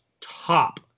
top